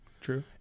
True